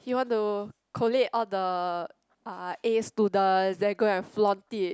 he want to collate the uh A students then go and flaunt it